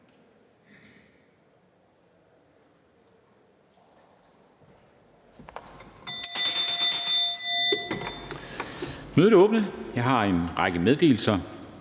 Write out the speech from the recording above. Mødet er åbnet. Jeg har en række meddelelser.